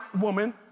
woman